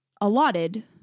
allotted